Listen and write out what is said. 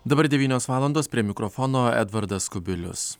dabar devynios valandos prie mikrofono edvardas kubilius